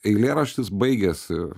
eilėraštis baigiasi